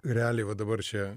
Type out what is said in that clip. realiai va dabar čia